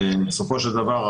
בסופו של דבר,